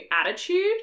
attitude